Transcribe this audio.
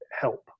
help